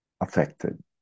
affected